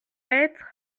être